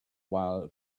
while